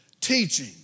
teaching